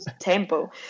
tempo